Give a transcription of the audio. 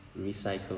recycle